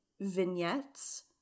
vignettes